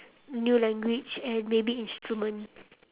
new language and maybe instrument